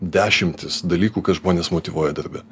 dešimtis dalykų kas žmones motyvuoja darbe